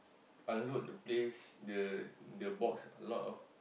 unload the place the the box a lot of